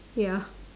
ya